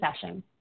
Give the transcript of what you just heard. session